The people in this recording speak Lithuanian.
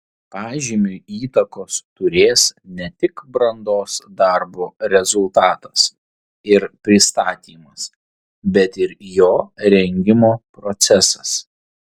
pažymiui įtakos turės ne tik brandos darbo rezultatas ir pristatymas bet ir jo rengimo procesas